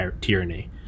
tyranny